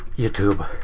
youtube.